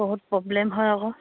বহুত প্ৰব্লেম হয় আকৌ